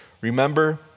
Remember